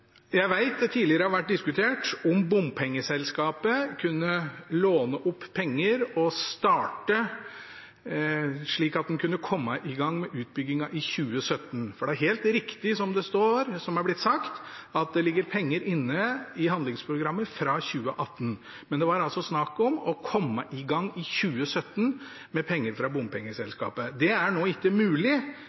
Jeg vet at det tidligere har vært diskutert om bompengeselskapet kunne låne opp penger og starte, slik at en kunne komme i gang med utbyggingen i 2017, for det er helt riktig, det som har blitt sagt, at det ligger penger inne i handlingsprogrammet fra 2018. Men det var snakk om å komme i gang i 2017, med penger fra bompengeselskapet. Det er nå ikke mulig